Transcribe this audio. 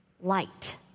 light